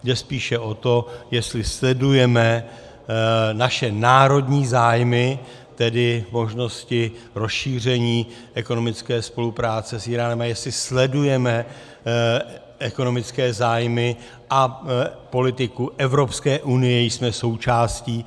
Jde spíše o to, jestli sledujeme naše národní zájmy, tedy možnosti rozšíření ekonomické spolupráce s Íránem, a jestli sledujeme ekonomické zájmy a politiku Evropské unie, jejíž jsme součástí.